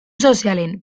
sozialen